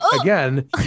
again